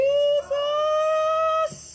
Jesus